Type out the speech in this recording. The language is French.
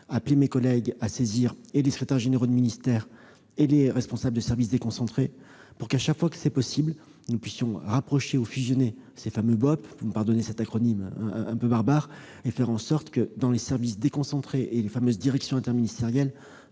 appelé mes collègues à saisir et les secrétaires généraux des ministères et les responsables des services déconcentrés, pour que, chaque fois que c'est possible, nous puissions rapprocher ou fusionner ces fameux BOP- pardonnez-moi ce sigle -et faire en sorte que, dans les services déconcentrés et les fameuses directions interministérielles,